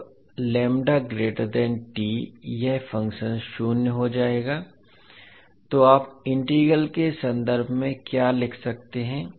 जब यह फ़ंक्शन शून्य हो जाएगा तो आप इंटीग्रल के संदर्भ में क्या लिख सकते हैं